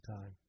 time